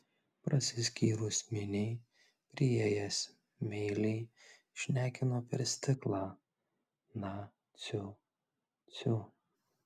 prasiskyrus miniai priėjęs meiliai šnekino per stiklą na ciu ciu